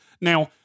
Now